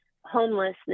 homelessness